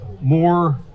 more